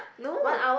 no